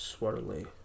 Swirly